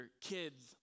kids